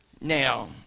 Now